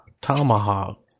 Tomahawk